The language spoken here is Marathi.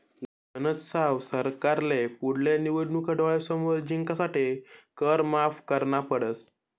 गनज साव सरकारले पुढल्या निवडणूका डोळ्यासमोर जिंकासाठे कर माफ करना पडस